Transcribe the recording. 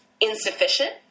insufficient